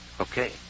Okay